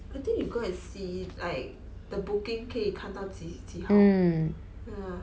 I think you go and see like the booking 可以看到几号 ya